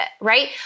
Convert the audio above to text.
right